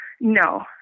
No